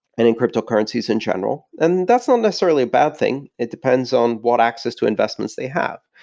and in cryptocurrencies in general, and that's not necessarily a bad thing. it depends on what access to investments they have.